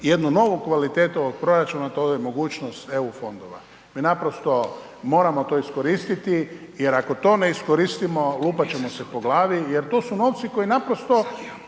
jednu novu kvalitetu ovog proračuna to je mogućnost eu fondova. Mi naprosto moramo to iskoristiti jer ako to ne iskoristimo lupati ćemo se po glavi jer to su novci koji naprosto,